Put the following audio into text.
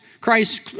Christ